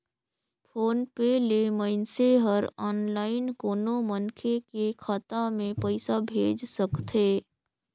phone पे ले मइनसे हर आनलाईन कोनो मनखे के खाता मे पइसा भेज सकथे